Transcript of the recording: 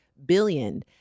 Billion